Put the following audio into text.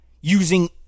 using